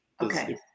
Okay